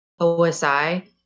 OSI